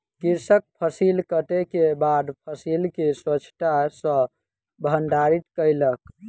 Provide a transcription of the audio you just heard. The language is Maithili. कृषक फसिल कटै के बाद फसिल के स्वच्छता सॅ भंडारित कयलक